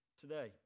today